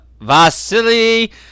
Vasily